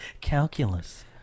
Calculus